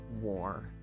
war